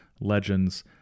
legends